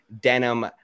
denim